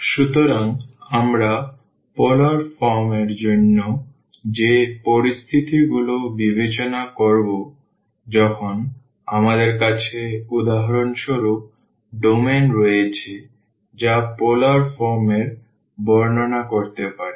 সুতরাং আমরা polar form এর জন্য যে পরিস্থিতি গুলো বিবেচনা করব যখন আমাদের কাছে উদাহরণস্বরূপ ডোমেন রয়েছে যা পোলার ফর্ম এর বর্ণনা করতে পারে